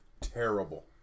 Terrible